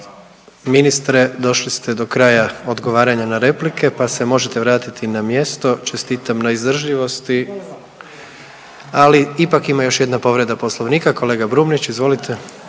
Ministre, došli ste do kraja odgovaranja na replike, pa se možete vratiti na mjesto, čestitam na izdržljivosti, ali ipak ima još jedna povreda poslovnika, kolega Brumnić izvolite.